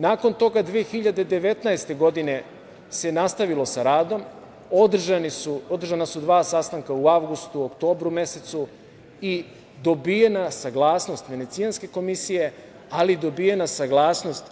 Nakon toga, 2019. godine se nastavilo sa radom, održana su dva sastanka u avgustu i oktobru mesecu i dobijena je saglasnost Venecijanske komisije, ali dobijena je i saglasnost